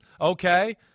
Okay